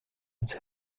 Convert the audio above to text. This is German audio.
ans